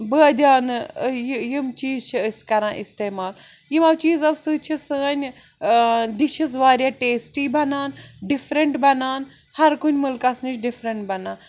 بٲدیانہٕ یہِ یِم چیٖز چھِ أسۍ کَران استعمال یِمو چیٖزَو سۭتۍ چھِ سٲنۍ ڈِشِز واریاہ ٹیسٹی بَنان ڈِفرَنٛٹ بَنان ہَر کُنہِ مُلکَس نِش ڈِفرَنٛٹ بَنان